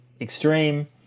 extreme